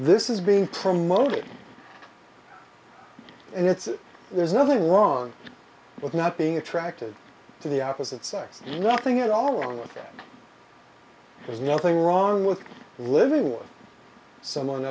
this is being promoted and it's there's nothing wrong with not being attracted to the opposite sex nothing at all and there's nothing wrong with living with someone